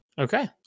Okay